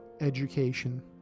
education